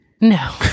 No